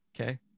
Okay